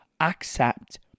accept